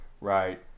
Right